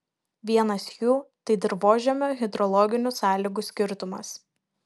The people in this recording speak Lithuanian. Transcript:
vienas jų tai dirvožemio hidrologinių sąlygų skirtumas